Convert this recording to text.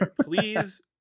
please